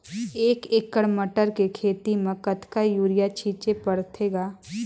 एक एकड़ मटर के खेती म कतका युरिया छीचे पढ़थे ग?